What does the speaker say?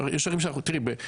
תראי,